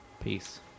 Peace